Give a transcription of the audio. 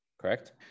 correct